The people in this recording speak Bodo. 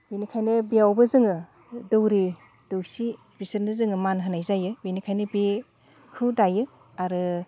बेनिखायनो बेयावबो जोङो दौरि दौसि बिसोरनो जोङो मान होनाय जायो बेनिखायनो बेखौ दायो आरो